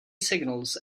signals